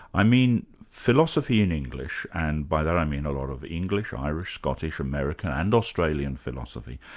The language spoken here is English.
i mean philosophy in english, and by that i mean a lot of english, irish, scottish, american and australian philosophy,